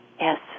Yes